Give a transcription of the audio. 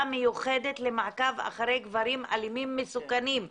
מיוחדת למעקב אחרי גברים אלימים מסוכנים.